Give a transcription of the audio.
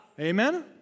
Amen